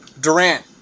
Durant